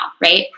Right